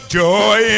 joy